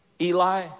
Eli